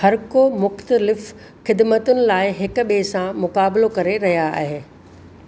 हर को मुख़्तलिफ ख़िदमतनि लाइ हिक ॿिए सां मुक़ाबिलो करे रहिया आहे